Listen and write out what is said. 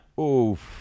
Oof